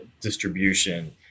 distribution